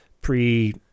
pre